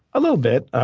a little bit.